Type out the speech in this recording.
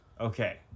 Okay